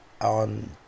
on